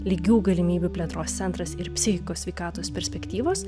lygių galimybių plėtros centras ir psichikos sveikatos perspektyvos